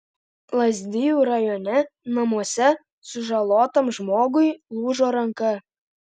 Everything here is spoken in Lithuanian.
lazdijų rajone namuose sužalotam žmogui lūžo ranka